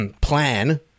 Plan